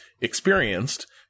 experienced